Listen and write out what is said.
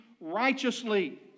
righteously